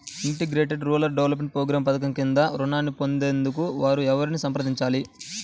Integrated rural development programme ఈ పధకం క్రింద ఋణాన్ని పొందగోరే వారు ఎవరిని సంప్రదించాలి?